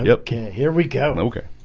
yeah okay here. we go. okay.